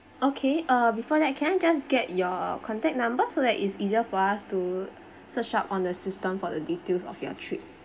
okay uh before that can I just get your contact number so that it's easier for us to search up on the system for the details of your trip